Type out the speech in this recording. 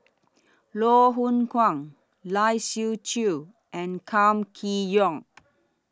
Loh Hoong Kwan Lai Siu Chiu and Kam Kee Yong